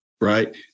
right